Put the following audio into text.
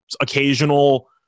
occasional